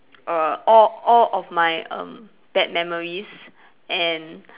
err all all of my um bad memories and